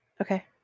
Okay